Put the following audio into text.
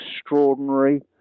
extraordinary